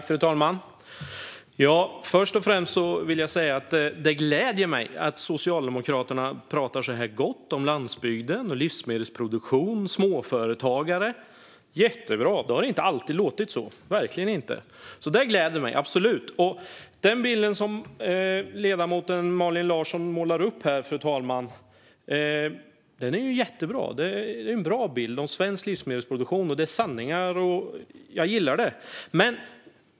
Fru talman! Först och främst vill jag säga att det gläder mig att Socialdemokraterna talar så här gott om landsbygden, om livsmedelsproduktion och om småföretagare. Det är jättebra. Det har verkligen inte alltid låtit så. Fru talman! Den bild som ledamoten Malin Larsson målar upp här är jättebra. Det är en bra bild av svensk livsmedelsproduktion. Det är sanningar, och jag gillar det.